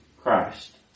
Christ